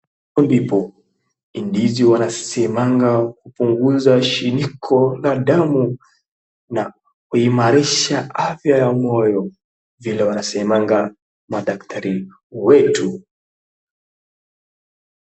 Hapa ndipo ndizi wanasemaga hupunguza shinikizo la damu na kuimarisha afya ya moyo vile wanasemaga madaktari wetu.